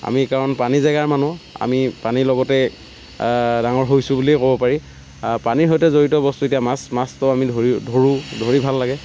আমি কাৰণ পানী জেগাৰ মানুহ আমি পানীৰ লগতে ডাঙৰ হৈছোঁ বুলিয়ে ক'ব পাৰি পানীৰ সৈতে জড়িত বস্তু এতিয়া মাছ মাছটো আমি ধৰি ধৰো ধৰি ভাল লাগে